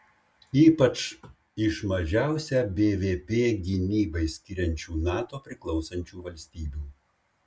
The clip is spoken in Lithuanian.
ypač iš mažiausią bvp gynybai skiriančių nato priklausančių valstybių